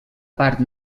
part